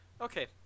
okay